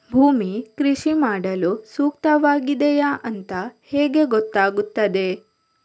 ಭೂಮಿ ಕೃಷಿ ಮಾಡಲು ಸೂಕ್ತವಾಗಿದೆಯಾ ಅಂತ ಹೇಗೆ ಗೊತ್ತಾಗುತ್ತದೆ?